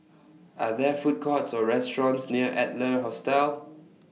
Are There Food Courts Or restaurants near Adler Hostel